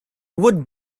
would